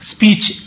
Speech